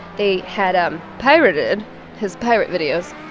they had um pirated his pirate videos.